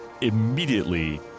immediately